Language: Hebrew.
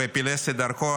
ופילס את דרכו.